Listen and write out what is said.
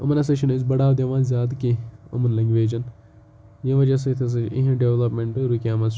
یِمَن ہَسا چھِنہٕ أسۍ بَڑاو دِوان زیادٕ کینٛہہ یِمَن لٮ۪نٛگویجَن ییٚمہِ وجہ سۭتۍ ہَسا چھِ اِہِنٛدۍ ڈٮ۪ولَپمٮ۪نٛٹہٕ رُکیٛامٕژ